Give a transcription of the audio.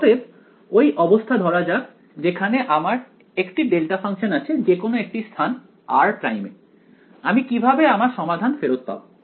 অতএব ওই অবস্থা ধরা যাক যেখানে আমার একটি ডেল্টা ফাংশন আছে যে কোনো একটি স্থান r' এ আমি কিভাবে আমার সমাধান ফেরত পাব